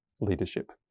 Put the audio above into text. leadership